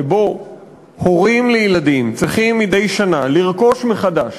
שבו הורים לילדים צריכים מדי שנה לרכוש מחדש